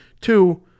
Two